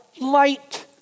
light